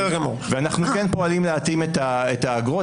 ואנחנו כן פועלים להתאים את האגרות.